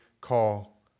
call